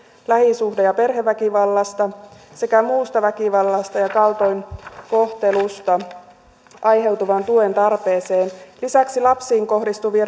lähisuhde ja perheväkivallasta sekä muusta väkivallasta ja kaltoinkohtelusta aiheutuvaan tuen tarpeeseen lisäksi lapsiin kohdistuvien